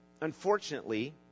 Unfortunately